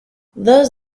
thus